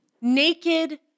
naked